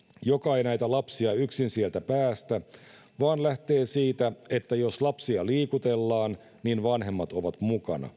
joka ei näitä lapsia yksin sieltä päästä vaan lähtee siitä että jos lapsia liikutellaan niin vanhemmat ovat mukana